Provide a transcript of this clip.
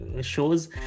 shows